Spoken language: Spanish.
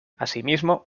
asimismo